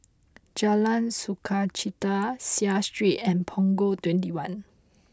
Jalan Sukachita Seah Street and Punggol twenty one